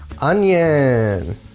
onion